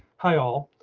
hi all